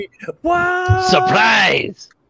surprise